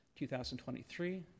2023